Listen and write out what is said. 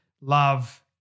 love